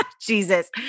Jesus